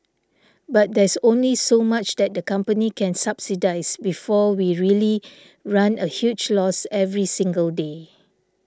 but there's only so much that the company can subsidise before we really run a huge loss every single day